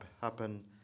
happen